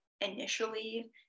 initially